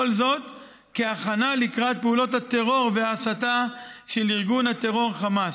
כל זאת כהכנה לקראת פעולות הטרור וההסתה של ארגון הטרור חמאס.